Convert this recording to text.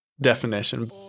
definition